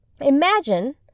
imagine